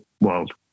world